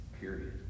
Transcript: Period